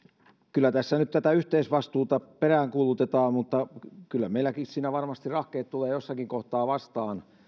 kyllä tässä nyt tätä yhteisvastuuta peräänkuulutetaan mutta kyllä meilläkin siinä varmasti rahkeet tulevat jossakin kohtaa vastaan